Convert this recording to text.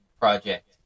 project